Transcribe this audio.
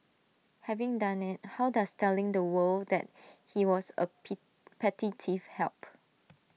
having done IT how does telling the world that he was A P petty thief help